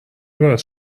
باعث